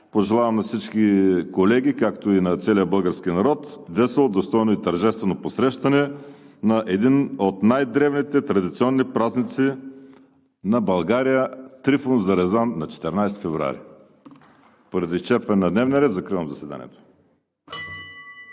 пожелавам на всички колеги, както и на целия български народ весело, достойно и тържествено посрещане на един от най-древните традиционни празници на България Трифон Зарезан на 14 февруари! Поради изчерпване на дневния ред закривам заседанието.